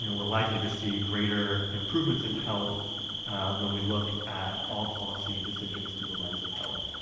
you know we're likely to see greater improvements in health when we look at all policy decisions through the lens of health.